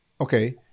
Okay